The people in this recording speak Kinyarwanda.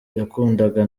yakundaga